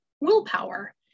willpower